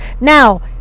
Now